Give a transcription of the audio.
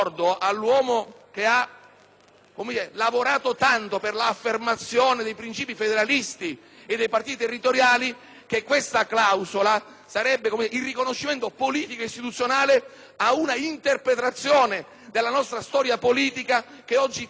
lavorato tanto per l'affermazione dei principi federalisti e dei partiti territoriali, che questa clausola sarebbe il riconoscimento politico e istituzionale di un'interpretazione della nostra storia politica che oggi tende al modello